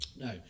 No